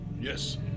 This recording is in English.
yes